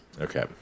Okay